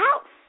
house